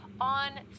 on